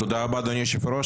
תודה רבה אדוני היושב ראש,